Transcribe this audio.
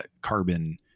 carbon